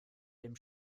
dem